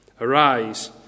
Arise